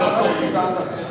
לא חיזר אחרי ליברמן.